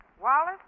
Wallace